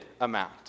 amount